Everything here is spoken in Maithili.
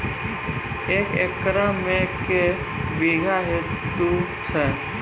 एक एकरऽ मे के बीघा हेतु छै?